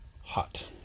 hot